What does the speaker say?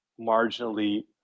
marginally